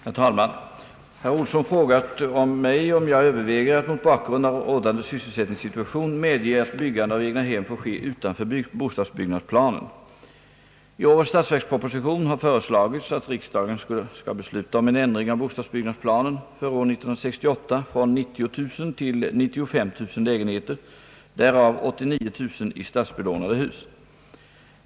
Herr talman! Herr Olsson har frågat mig om jag överväger att mot bakgrund av rådande <sysselsättningssituation medge att byggande av egnahem får ske utanför bostadsbyggnadsplanen. I årets statsverksproposition har föreslagits att riksdagen skall besluta om en ändring av bostadsbyggnadsplanen för år 1968 från 90000 till 95 000 lägenheter, därav 89 000 i statsbelånade hus.